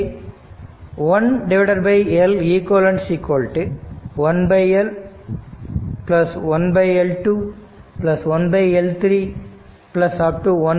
இங்கே 1 L eq 1L 1L 2 1L 3